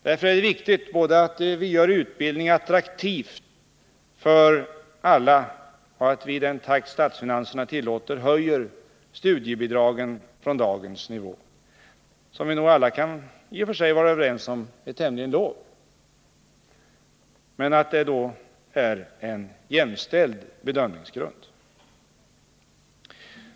Därför är det viktigt både att vi gör utbildning attraktiv för alla och att vi i den takt som statsfinanserna tillåter höjer studiebidragen från dagens nivå, som vi nog alla kan vara överens om är tämligen låg, och att det då är en jämställd bedömningsbakgrund.